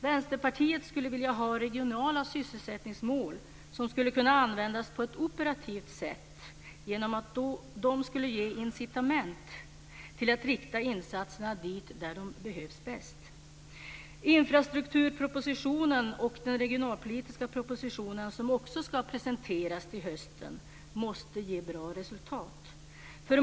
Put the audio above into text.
Vänsterpartiet skulle vilja ha regionala sysselsättningsmål som skulle kunna användas på ett operativt sätt genom att de skulle ge incitament till att rikta insatserna dit där de behövs bäst. Infrastrukturpropositionen och den regionalpolitiska propositionen, som också ska presenteras till hösten, måste ge bra resultat.